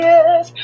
Yes